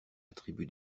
attribue